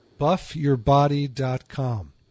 buffyourbody.com